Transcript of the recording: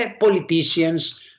politicians